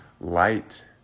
Light